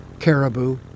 caribou